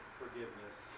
forgiveness